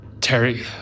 Terry